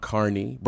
Carney